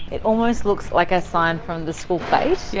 it almost looks like a sign from the school fete, yeah